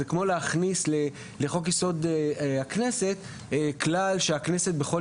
זה כמו להכניס לחוק יסוד הכנסת כלל שהכנסת בכל